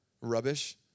rubbish